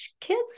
kids